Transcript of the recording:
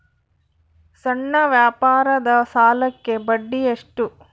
ಸಣ್ಣ ವ್ಯಾಪಾರದ ಸಾಲಕ್ಕೆ ಬಡ್ಡಿ ಎಷ್ಟು?